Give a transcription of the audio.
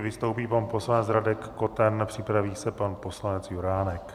Vystoupí pan poslanec Radek Koten, připraví se pan poslanec Juránek.